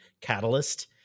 Catalyst